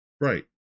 Right